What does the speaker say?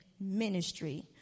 ministry